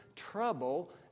Trouble